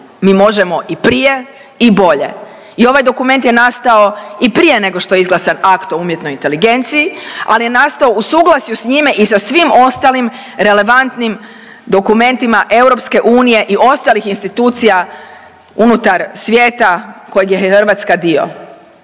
Mi možemo i prije i bolje i ovaj dokument je nastao i prije nego što je izglasan akt o umjetnoj inteligenciji, ali je nastao u suglasju s njime ali i sa svim ostalim relevantnim dokumentima EU i ostalih institucija unutar svijeta kojeg je Hrvatska dio